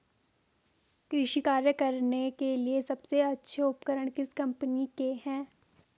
कृषि कार्य करने के लिए सबसे अच्छे उपकरण किस कंपनी के हैं?